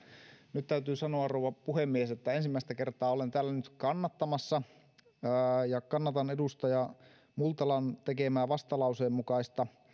nyt täytyy sanoa rouva puhemies että ensimmäistä kertaa olen täällä nyt kannattamassa kannatan edustaja multalan tekemää vastalauseen mukaista